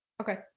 Okay